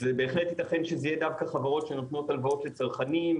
וזה בהחלט ייתכן שזה יהיה דווקא חברות שנותנות הלוואות לצרכנים,